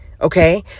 okay